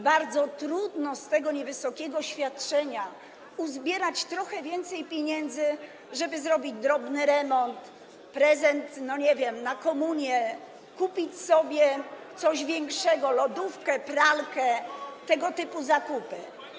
Bardzo trudno z tego niewysokiego świadczenia uzbierać trochę więcej pieniędzy, żeby zrobić drobny remont, prezent, nie wiem, na komunię, kupić sobie coś większego, lodówkę, pralkę, tego typu zakupy.